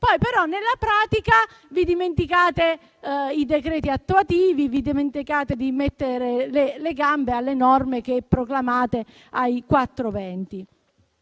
Poi, nella pratica, vi dimenticate i decreti attuativi. Vi dimenticate di mettere le gambe alle norme che proclamate ai